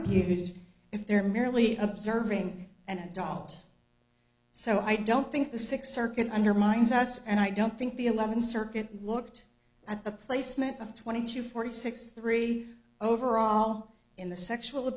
abused if they're merely observing and alt so i don't think the sixth circuit undermines us and i don't think the eleventh circuit looked at the placement of twenty two forty six three overall in the sexual